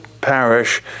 parish